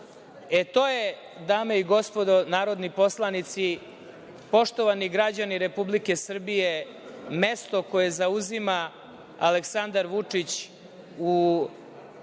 je, dame i gospodo narodni poslanici, poštovani građani Republike Srbije, mesto koje zauzima Aleksandar Vučić u